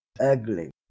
ugly